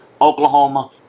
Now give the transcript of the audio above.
Oklahoma